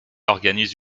organise